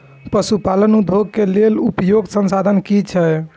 पशु पालन उद्योग के लेल उपयुक्त संसाधन की छै?